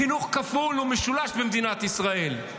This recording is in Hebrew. חינוך כפול ומשולש במדינת ישראל.